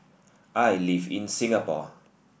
I live in Singapore